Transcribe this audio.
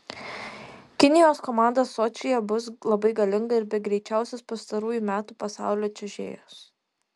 kinijos komanda sočyje bus labai galinga ir be greičiausios pastarųjų metų pasaulio čiuožėjos